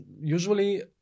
usually